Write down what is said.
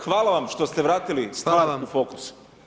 Hvala vam što ste vratili …/nerazumljivo/ [[Upadica: Hvala vam.]] u fokus.